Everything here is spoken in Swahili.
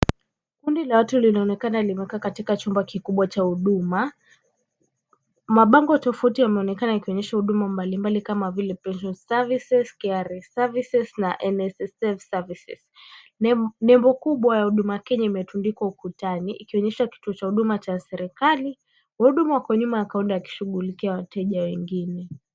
Kundi la watu linaonekana limekaa katika chumba kikubwa cha huduma. Mabango tofauti yanaonekana yakionyesha huduma mbalimbali kama vile pension services, KRA services, na NSSF services . Nembo kubwa ya huduma Kenya imetundikwa ukutani ikionyesha kituo cha huduma cha serikali. Wahudumu wamo nyuma ya kaunta wakishughulikia wateja wengine.